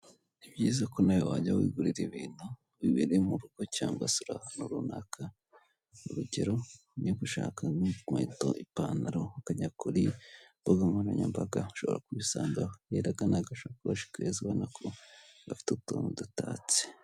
Nibyiza ko nawe wajya wigurira ibintu wibereye mu rugo cyangwa se uri ahantu runaka. Urugero niba ushaka inkweto, ipantaro, ukajya ku mbuga nkoranyambaga, ushobora kubisangaho. Urabona ko ari agasakoshe keza gafite utuntu dutatse.